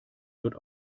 wird